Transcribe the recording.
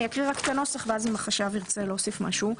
אני אקריא את הנוסח ואם החשב ירצה להוסיף משהו,